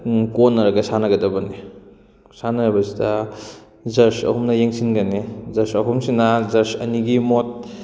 ꯀꯣꯟꯅꯔꯒ ꯁꯥꯟꯅꯒꯗꯕꯅꯤ ꯁꯥꯟꯅꯔꯤꯕ ꯁꯤꯗ ꯖꯁ ꯑꯍꯨꯝꯅ ꯌꯦꯡꯁꯤꯟꯒꯅꯤ ꯖꯁ ꯑꯍꯨꯝꯁꯤꯅ ꯖꯁ ꯑꯅꯤꯒꯤ ꯃꯣꯠ